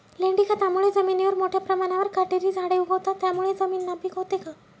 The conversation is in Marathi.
लेंडी खतामुळे जमिनीवर मोठ्या प्रमाणावर काटेरी झाडे उगवतात, त्यामुळे जमीन नापीक होते का?